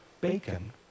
bacon